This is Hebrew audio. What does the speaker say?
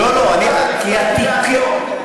אני הבטחתי לעזור.